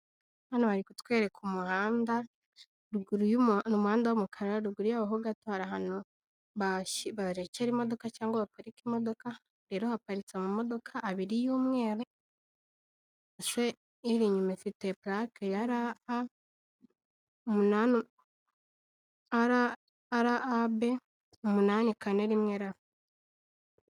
Hano hari kutwereka umuhanda, umuhanda w'umukara. Ruguru yaho ho gato hari ahantu barekera imodoka cyangwa baparirika imodoka, rero haparitse amamodoka abiri y'umweru. Iri inyuma ifite purake ya r a b umunani kane rimwe r.